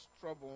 trouble